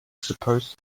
supposed